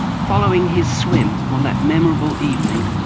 following his swim on that memorable evening,